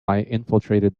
infiltrated